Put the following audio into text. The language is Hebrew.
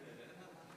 חבר הכנסת אבידר כאן?